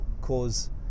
cause